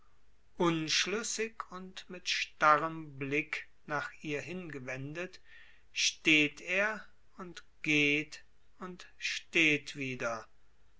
unschlüssig und mit starrem blick nach ihr hingewendet steht er und geht und steht wieder